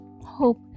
hope